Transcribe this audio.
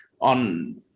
on